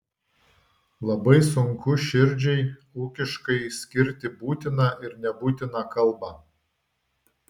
labai sunku širdžiai ūkiškai skirti būtiną ir nebūtiną kalbą